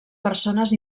persones